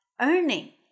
earning